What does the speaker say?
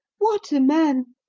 what a man!